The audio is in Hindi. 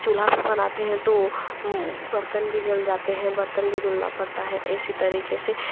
चूल्हा बनाते हैं तो बर्तन भी जल जाते हैं बर्तन भी धुलना पड़ता है इसी तरीके से